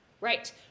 Right